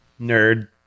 Nerd